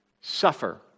suffer